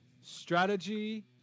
strategy